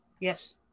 Yes